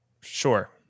Sure